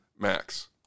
max